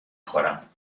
خورم